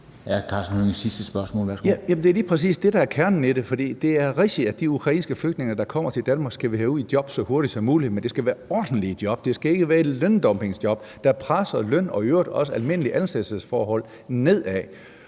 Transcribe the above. Karsten Hønge (SF): Jamen det er lige præcis det, der er kernen i det. For det er rigtigt, at de ukrainske flygtninge, der kommer til Danmark, skal vi have ud i job så hurtigt som muligt, men det skal være ordentlige job. Det skal ikke være i løndumpingjob, der presser løn og i øvrigt også almindelige ansættelsesforhold nedad.